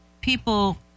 people